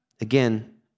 Again